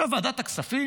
לוועדת הכספים